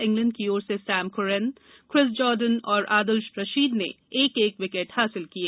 England की ओर से सैम कुरैन क्रिस जॉर्डन और आदिल रशीद ने एक एक विकेट हासिल किए